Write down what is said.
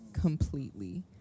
completely